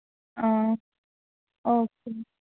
okay